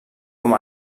com